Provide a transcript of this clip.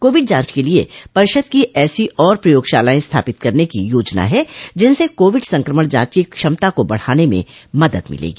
Covid जांच के लिये परिषद की ऐसी और प्रयोगशालाएं स्थापित करने की योजना है जिनसे कोविड संक्रमण जांच की क्षमता को बढ़ाने में मदद मिलेगी